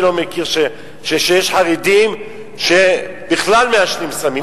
אני לא חושב שיש חרדים שבכלל מעשנים סמים.